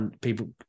people